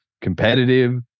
competitive